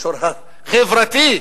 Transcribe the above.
במישור החברתי,